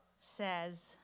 says